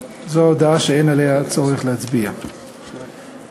ההודעה שאין עליה צורך בהצבעה היא זו: